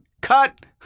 cut